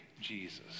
Jesus